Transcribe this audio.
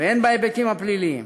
והן בהיבטים הפליליים.